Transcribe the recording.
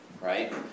right